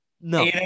No